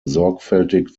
sorgfältig